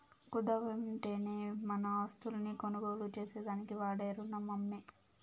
కుదవంటేనే మన ఆస్తుల్ని కొనుగోలు చేసేదానికి వాడే రునమమ్మో